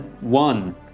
One